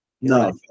No